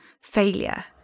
failure